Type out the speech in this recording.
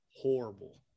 Horrible